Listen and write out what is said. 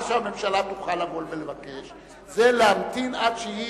מה שהממשלה תוכל לבוא ולבקש זה להמתין עד שהיא